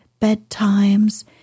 bedtimes